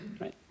right